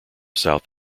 south